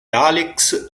alex